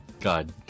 God